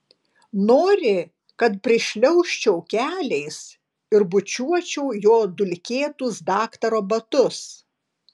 nori kad prišliaužčiau keliais ir bučiuočiau jo dulkėtus daktaro batus